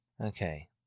Okay